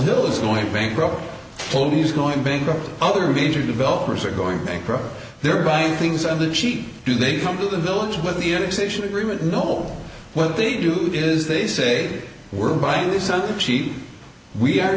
hill is going bankrupt colby's going bankrupt other major developers are going bankrupt they're buying things on the cheap do they come to the village with the initiation agreement no what they do is they say we're buying something cheap we are